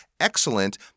excellent